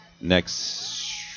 Next